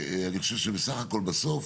אני חושב שבסך הכול בסוף